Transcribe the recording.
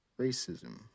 racism